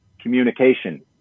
communication